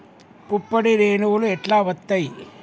పుప్పొడి రేణువులు ఎట్లా వత్తయ్?